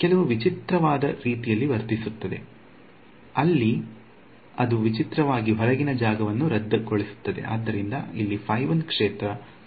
ಎದ್ದು ಕೆಲವು ವಿಚಿತ್ರವಾದ ರೀತಿಯಲ್ಲಿ ವರ್ತಿಸುತ್ತದೆ ಅಲ್ಲಿ ಅದು ವಿಚಿತ್ರವಾಗಿ ಹೊರಗಿನ ಜಾಗವನ್ನು ರದ್ದುಗೊಳಿಸುತ್ತದೆ ಅಂದರೆ ಇಲ್ಲಿ ಕ್ಷೇತ್ರ ಮತ್ತು ಇಲ್ಲಿ ಕ್ಷೇತ್ರವಿದೆ